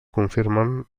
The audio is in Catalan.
confirmen